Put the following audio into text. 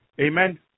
Amen